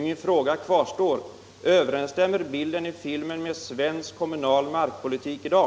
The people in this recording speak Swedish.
Min fråga kvarstår: Överensstämmer den bild filmen ger med den svenska kommunala markpolitiken i dag?